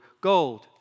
gold